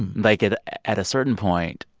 and like, at at a certain point,